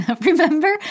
Remember